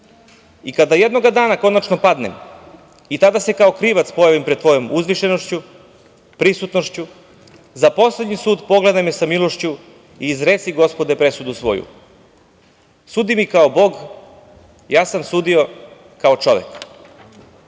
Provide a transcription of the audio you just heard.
Kada jednoga dana konačno padnem i tada se kao krivac pojavim pred tvojom uzvišenošću, prisutnošću, za poslednji sud pogledaj me sa milošću i izreci Gospode presudu svoju. Sudi mi kao Bog, ja sam sudio kao